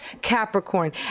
Capricorn